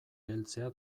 heltzea